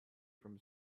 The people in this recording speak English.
from